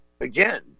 again